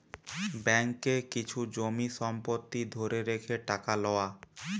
ব্যাঙ্ককে কিছু জমি সম্পত্তি ধরে রেখে টাকা লওয়া